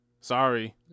Sorry